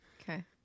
Okay